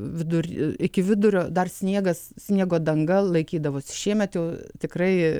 vidur iki vidurio dar sniegas sniego danga laikydavosi šiemet jau tikrai